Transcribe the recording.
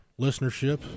listenership